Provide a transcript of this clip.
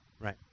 Right